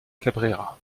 cabrera